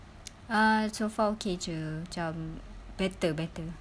err so far okay jer macam better better